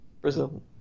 Brazil